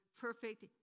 perfect